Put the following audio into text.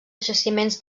jaciments